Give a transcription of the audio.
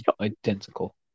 identical